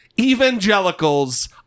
evangelicals